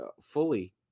fully